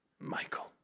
Michael